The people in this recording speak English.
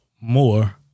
more